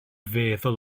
feddwl